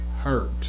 hurt